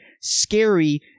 scary